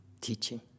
teaching